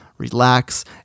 Relax